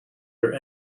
your